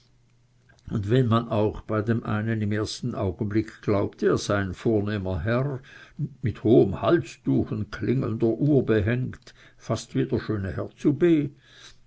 und wenn man auch bei dem einen im ersten augenblick glaubte er sei ein vornehmer herr mit hohem halstuch und klingelnder uhr behängt fast wie der schöne herr zu b